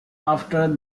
after